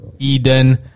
Eden